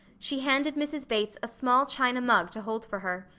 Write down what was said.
she handed mrs. bates a small china mug to hold for her.